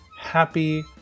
happy